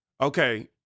Okay